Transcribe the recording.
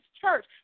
church